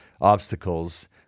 obstacles